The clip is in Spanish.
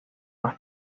más